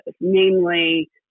Namely